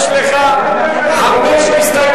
לשנת הכספים